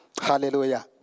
Hallelujah